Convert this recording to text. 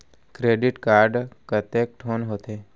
Credit card कतेक ठोक होथे?